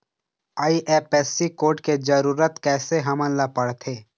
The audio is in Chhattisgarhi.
आई.एफ.एस.सी कोड के जरूरत कैसे हमन ला पड़थे?